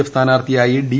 F സ്ഥാനാർത്ഥിയായി D